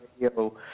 Radio